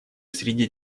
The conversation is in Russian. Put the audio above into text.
среди